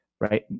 Right